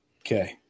Okay